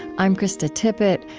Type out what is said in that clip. i'm krista tippett.